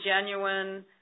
genuine